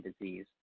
disease